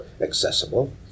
accessible